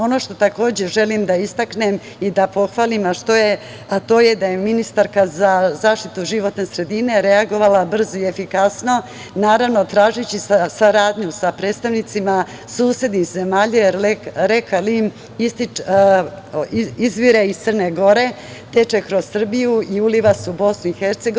Ono što takođe želim da istaknem i da pohvalim, a to je da je ministarka za zaštitu životne sredine reagovala brzo i efikasno, naravno tražeći saradnju sa predstavnicima susednih zemalja, jer reka Lim izvire iz Crne Gore, teče kroz Srbiju i uliva se u BiH.